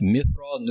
Mithra